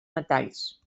metalls